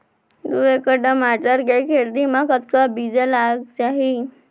दू एकड़ टमाटर के खेती मा कतका बीजा लग जाही?